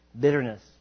bitterness